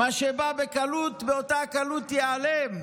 מה שבא בקלות, באותה הקלות ייעלם".